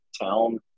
town